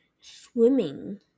swimming